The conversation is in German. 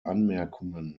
anmerkungen